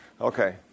Okay